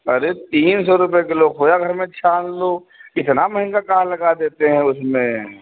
अरे तीन सौ रुपये किलो खोआ घर में छान लो इतना महंगा का लगा देते हैं उसमें